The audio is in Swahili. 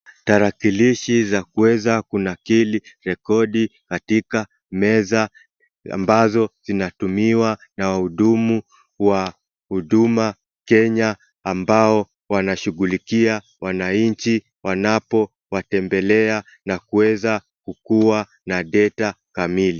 Tarakilishi za kuweza kunakili rekodi katika meza ambazo zinatumiwa na wahudumu wa huduma Kenya ambao wanashughulikia wananchi wanapowatembelea na kuweza kuwa na data kamili.